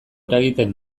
eragiten